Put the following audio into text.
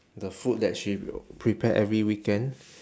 the food that she will prepare every weekend